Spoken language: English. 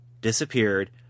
disappeared